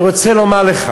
אני רוצה לומר לך: